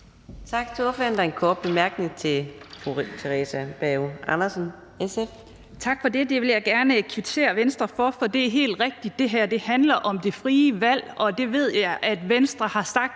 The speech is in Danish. Tak for det, det vil jeg gerne kvittere Venstre for. For det er helt rigtigt, at det her handler om det frie valg, og det ved jeg at Venstre har sagt